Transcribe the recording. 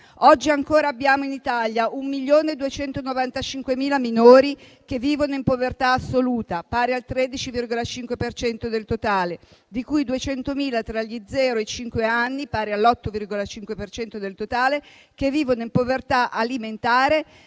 Oggi in Italia abbiamo ancora 1.295.000 minori che vivono in povertà assoluta (pari al 13,5% del totale), di cui 200.000 tra gli zero e i cinque anni (pari all'8,5 per cento del totale) che vivono in povertà alimentare,